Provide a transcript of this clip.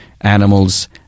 animals